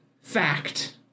fact